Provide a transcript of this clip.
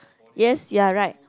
yes you are right